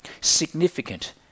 significant